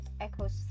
echoes